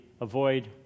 avoid